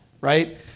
right